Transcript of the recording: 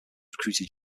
recruited